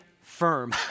firm